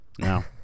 no